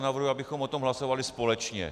Navrhuji, abychom o tom hlasovali společně.